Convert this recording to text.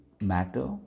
matter